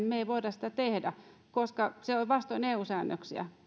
me emme voi sitä tehdä koska se on vastoin eu säännöksiä